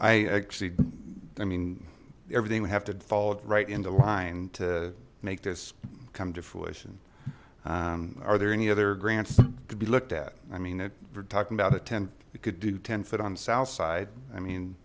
i actually i mean everything would have to follow right into line to make this come to fruition are there any other grants to be looked at i mean that we're talking about a tenth it could do ten foot on southside i mean